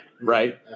right